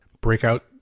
breakout